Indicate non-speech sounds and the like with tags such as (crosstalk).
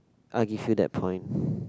I will give you that point (breath)